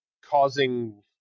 causing